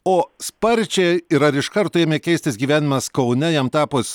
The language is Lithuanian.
o sparčiai ir ar iš karto ėmė keistis gyvenimas kaune jam tapus